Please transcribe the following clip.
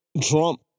Trump